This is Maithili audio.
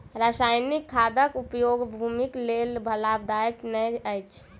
रासायनिक खादक उपयोग भूमिक लेल लाभदायक नै अछि